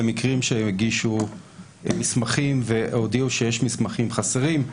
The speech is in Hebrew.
למקרים שהגישו מסמכים והודיעו שיש מסמכים חסרים.